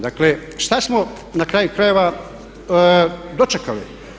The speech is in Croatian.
Dakle, što smo na kraju krajeva dočekali?